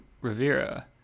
Rivera